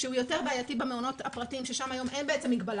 שהוא יותר בעיתי במעונות הפרטיים ששם היום אין מגבלה